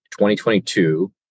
2022